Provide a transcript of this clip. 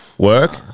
work